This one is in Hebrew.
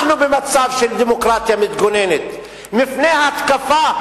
אנחנו במצב של דמוקרטיה מתגוננת מפני התקפה,